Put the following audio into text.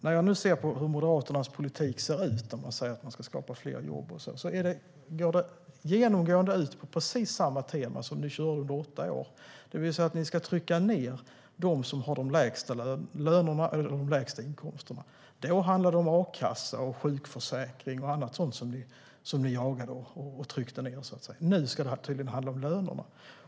När jag nu tittar på hur Moderaternas politik ser ut - man säger att man ska skapa fler jobb och så - går det genomgående ut på precis samma tema som ni körde på i åtta år, det vill säga att ni ska trycka ned dem som har de lägsta lönerna och de lägsta inkomsterna. Då handlade det om a-kassa, sjukförsäkring och annat som ni jagade och tryckte ned, så att säga. Nu ska det tydligen handla om lönerna.